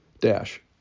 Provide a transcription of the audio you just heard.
Dash